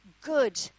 good